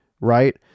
right